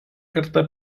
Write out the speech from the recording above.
kartą